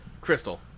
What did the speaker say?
Crystal